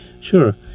Sure